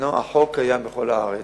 החוק קיים בכל הארץ,